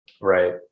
Right